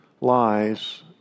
lies